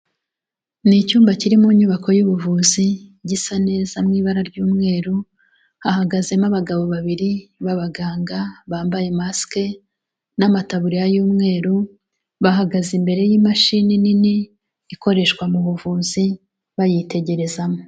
Ni icyumba kiri mu nyubako y'ubuvuzi, gisa neza mu ibara ry'umweru, hahagazemo abagabo babiri b'abaganga bambaye masike, n'amataburiya y'umweru, bahagaze imbere y'imashini nini, ikoreshwa mu buvuzi, bayitegerezamo.